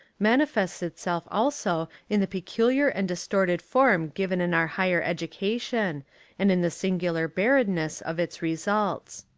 mani fests itself also in the peculiar and distorted form given in our higher education and in the singular barrenness of its results.